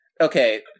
okay